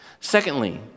Secondly